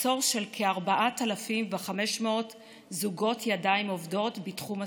מחסור של כ-4,500 זוגות ידיים עובדות בתחום הסיעוד.